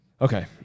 Okay